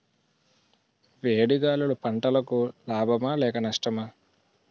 వేడి గాలులు పంటలకు లాభమా లేక నష్టమా?